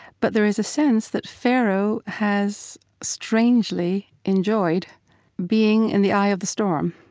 but there is a sense that pharaoh has strangely enjoyed being in the eye of the storm.